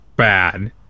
bad